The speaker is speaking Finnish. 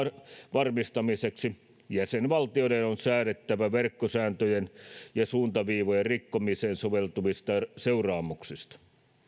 varmistamiseksi jäsenvaltioiden on säädettävä verkkosääntöjen ja suuntaviivojen rikkomiseen sovellettavista seuraamuksista